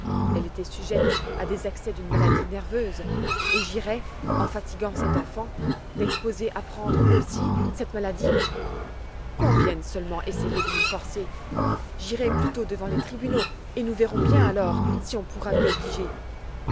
elle était sujette à des accès d'une maladie nerveuse et j'irais en fatiguant cette enfant l'exposer à prendre aussi cette maladie qu'on vienne seulement essayer de m'y forcer j'irai plutôt devant les tribunaux et nous verrons bien alors si on pourra m'y obliger